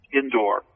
indoor